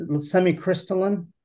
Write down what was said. semi-crystalline